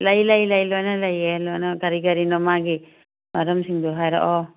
ꯂꯩ ꯂꯩ ꯂꯩ ꯂꯣꯏꯅ ꯂꯩꯌꯦ ꯂꯣꯏꯅ ꯀꯔꯤ ꯀꯔꯤꯅꯣ ꯃꯥꯒꯤ ꯃꯔꯝꯁꯤꯡꯗꯣ ꯍꯥꯏꯔꯛꯑꯣ